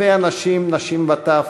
אלפי אנשים, נשים וטף,